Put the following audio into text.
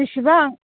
बिसिबां